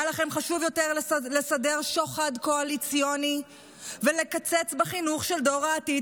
היה חשוב יותר לסדר שוחד קואליציוני ולקצץ בחינוך של דור העתיד,